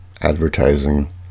advertising